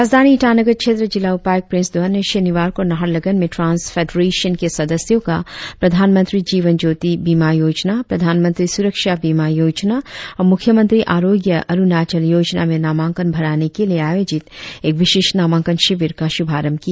राजधानी ईटानगर क्षेत्र जिला उपायुक्त प्रिंस धवन ने शनिवार को नाहरलगुन में ट्रांस फेडर्रेशन के सदस्यों का प्रधानमंत्री जीवन ज्योती बीमा योजना प्रधानमंत्री सुरक्षा बीमा योजना और मुख्यमंत्री आरोग्य अरुणाचल योजना में नामांकन भराने के लिए आयोजित एक विशेष नामांकन शिविर का शुभारंभ किया